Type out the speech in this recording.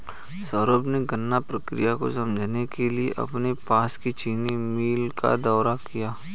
सौरभ ने गन्ना प्रक्रिया को समझने के लिए अपने पास की चीनी मिल का दौरा किया